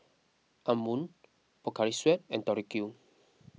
Anmum Pocari Sweat and Tori Q